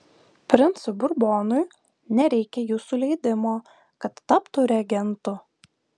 princui burbonui nereikia jūsų leidimo kad taptų regentu